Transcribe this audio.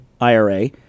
IRA